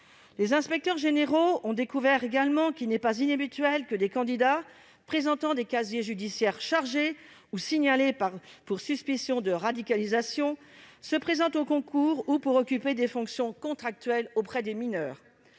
Les inspecteurs généraux ont découvert également qu'il n'est pas inhabituel que des candidats présentant des casiers judiciaires chargés, ou signalés pour des suspicions de radicalisation, se présentent au concours ou pour occuper des fonctions contractuelles auprès des mineurs.